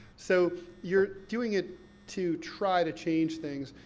so you're doing it to try to change things,